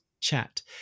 chat